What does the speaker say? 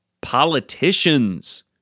politicians